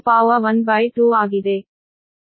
ಆದ್ದರಿಂದ ಅದು ನಿಮ್ಮ 12 ಆಗಿದೆ